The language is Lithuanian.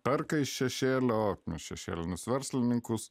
perka iš šešėlio šešėlinius verslininkus